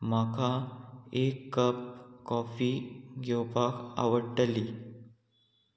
म्हाका एक cup coffee घेवपाक आवडटली